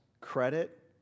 credit